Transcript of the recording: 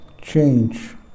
Change